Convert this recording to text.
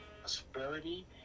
prosperity